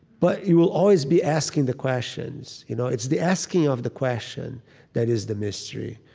but you will always be asking the questions. you know it's the asking of the question that is the mystery,